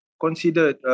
considered